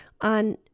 on